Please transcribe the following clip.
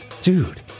Dude